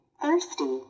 thirsty